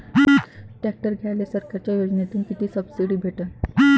Tractor घ्यायले सरकारच्या योजनेतून किती सबसिडी भेटन?